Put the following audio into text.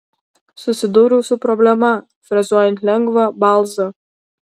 susidūriau su problema frezuojant lengvą balzą